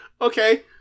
Okay